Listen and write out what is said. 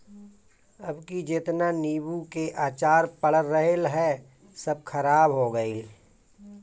अबकी जेतना नीबू के अचार पड़ल रहल हअ सब खराब हो गइल